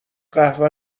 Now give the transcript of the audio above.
قهوه